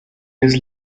his